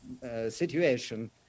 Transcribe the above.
situation